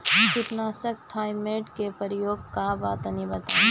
कीटनाशक थाइमेट के प्रयोग का बा तनि बताई?